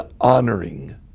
honoring